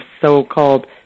so-called